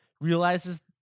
Realizes